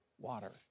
water